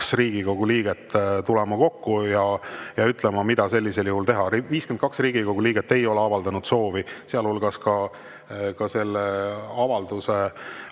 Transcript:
Riigikogu liiget tulema kokku ja ütlema, mida teha. 52 Riigikogu liiget ei ole avaldanud soovi, sealhulgas ka selle avalduse